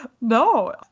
no